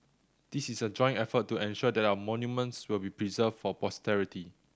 this is a joint effort to ensure that our monuments will be preserved for posterity